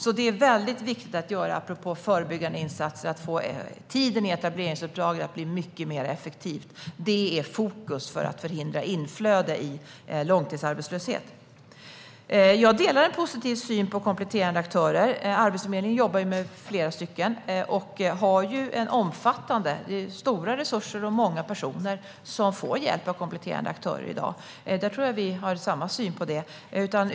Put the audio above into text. Apropå förebyggande insatser är det väldigt viktigt att få tiden i etableringsuppdraget att bli mycket mer effektiv. Detta är fokus för att förhindra inflöde i långtidsarbetslöshet. Jag delar den positiva synen på kompletterande aktörer. Arbetsförmedlingen jobbar med flera sådana och har stora resurser. Det är många personer som får hjälp av kompletterande aktörer i dag. Jag tror att vi har samma syn på detta.